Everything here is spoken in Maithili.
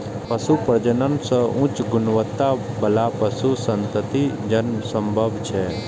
पशु प्रजनन सं उच्च गुणवत्ता बला पशु संततिक जन्म संभव छै